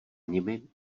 nimi